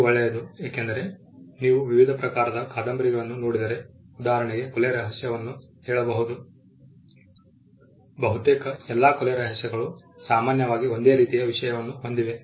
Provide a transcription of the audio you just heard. ಇದು ಒಳ್ಳೆಯದು ಏಕೆಂದರೆ ನೀವು ವಿವಿಧ ಪ್ರಕಾರದ ಕಾದಂಬರಿಗಳನ್ನು ನೋಡಿದರೆ ಉದಾಹರಣೆಗೆ ಕೊಲೆ ರಹಸ್ಯವನ್ನು ಹೇಳಬಹುದು ಬಹುತೇಕ ಎಲ್ಲಾ ಕೊಲೆ ರಹಸ್ಯಗಳು ಸಾಮಾನ್ಯವಾಗಿ ಒಂದೇ ರೀತಿಯ ವಿಷಯವನ್ನು ಹೊಂದಿವೆ